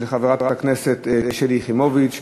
של חברת הכנסת שלי יחימוביץ,